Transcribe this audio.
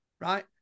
right